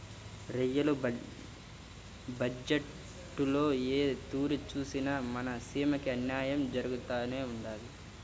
rail బజ్జెట్టులో ఏ తూరి సూసినా మన సీమకి అన్నాయం జరగతానే ఉండాది